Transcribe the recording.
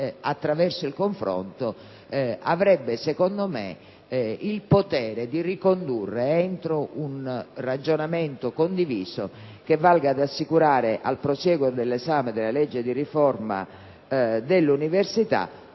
attraverso il confronto, avrebbero secondo me il potere di ricondurre il dibattito entro un ragionamento condiviso che valga ad assicurare al prosieguo dell'esame del disegno di legge di riforma dell'università